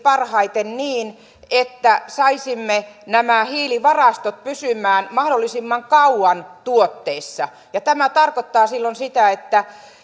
niin että saisimme nämä hiilivarastot pysymään mahdollisimman kauan tuotteissa ja tämä tarkoittaa silloin sitä että